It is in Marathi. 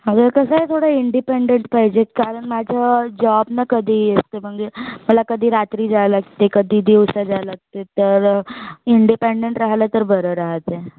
हवं आहे कसं आहे थोडं इंडिपेंडंट पाहिजे कारण माझं जॉब ना कधीही असतं म्हणजे मला कधी रात्री जावं लागते कधी दिवसा जावं लागते तर इंडिपेंडंट राहिलं तर बरं राहते